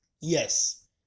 yes